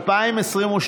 התשפ"ב 2002,